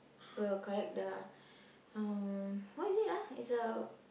we'll collect the um what is it ah is a